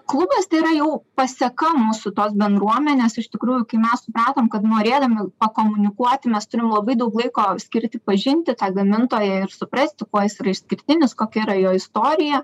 klubas tai yra jau paseka mūsų tos bendruomenės iš tikrųjų kai mes supratom kad norėdami komunikuoti mes turim labai daug laiko skirti pažinti tą gamintoją ir suprasti kuo jis yra išskirtinis kokia yra jo istorija